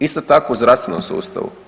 Isto tako u zdravstvenom sustavu.